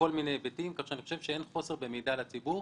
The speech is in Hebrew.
אני חושב שאין חוסר במידע לציבור.